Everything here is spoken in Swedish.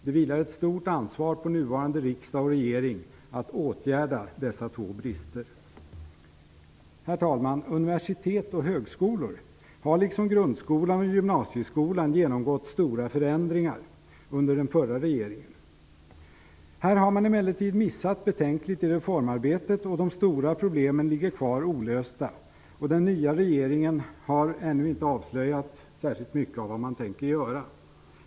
Det vilar ett stort ansvar på nuvarande riksdag och regering att åtgärda dessa två brister. Herr talman! Universitet och högskolor har liksom grundskolan och gymnasieskolan genomgått stora förändringar under den förra regeringen. Här har man emellertid missat betänkligt i reformarbetet, och de stora problemen ligger kvar olösta. Den nya regeringen har ännu inte avslöjat särskilt mycket av vad man tänker göra.